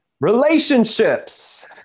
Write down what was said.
relationships